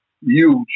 huge